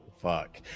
Fuck